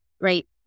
right